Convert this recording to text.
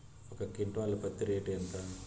ఒక క్వింటాలు పత్తి రేటు ఎంత?